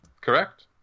Correct